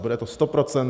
Bude to 100 %.